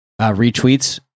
retweets